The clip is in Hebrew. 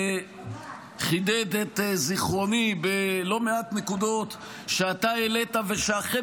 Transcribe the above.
שחידד את זיכרוני בלא מעט נקודות שאתה העלית ושאכן